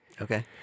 Okay